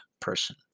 person